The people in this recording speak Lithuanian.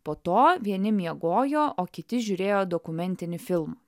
po to vieni miegojo o kiti žiūrėjo dokumentinį filmą